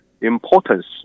importance